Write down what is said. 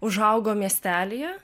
užaugo miestelyje